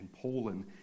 Poland